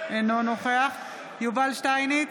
אינו נוכח יובל שטייניץ,